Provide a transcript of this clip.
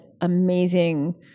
amazing